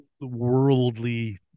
worldly